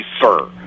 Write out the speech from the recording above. sir